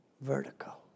vertical